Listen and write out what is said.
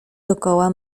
dokoła